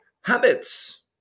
habits